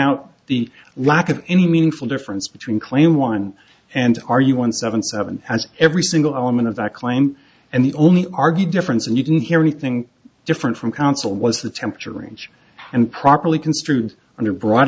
out the lack of any meaningful difference between claim one and are you one seven seven has every single element of that claim and the only argue difference and you can hear anything different from council was the temperature range and properly construed under brought